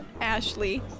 Ashley